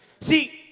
See